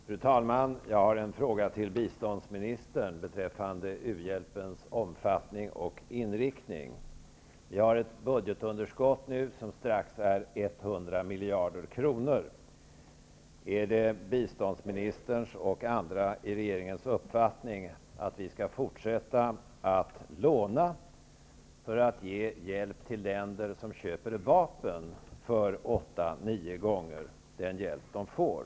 Fru talman! Jag har en fråga till biståndsministern beträffande u-hjälpens omfattning och inriktning. Vi har nu ett budgetunderskott som snart uppgår till 100 miljarder kronor. Är det biståndsministerns och andras i regeringen uppfattning att vi skall fortsätta att låna pengar för att ge hjälp till länder som köper vapen för åtta nio gånger den hjälp som de får?